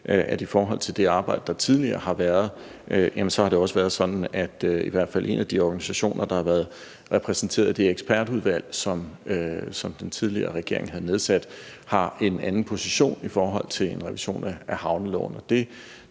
i forhold til det arbejde, der tidligere har været, har det også været sådan, at i hvert fald en af de organisationer, der har været repræsenteret i det ekspertudvalg, som den tidligere regering har nedsat, har en anden position i forhold til en revision af havneloven.